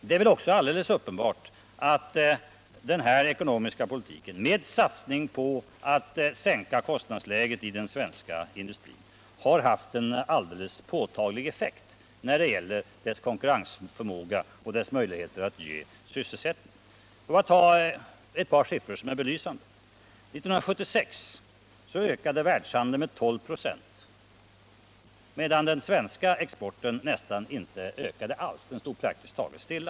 Det är väl också helt uppenbart att den här ekonomiska politiken, med satsning på att sänka kostnadsläget i den svenska industrin, har haft en alldeles påtaglig effekt när det gäller konkurrensförmågan och industrins möjligheter att ge sysselsättning. Får jag ta ett par siffror som är belysande. År 1976 ökade världshandeln med 12 96, medan den svenska exporten knappast ökade alls. Den stod praktiskt taget stilla.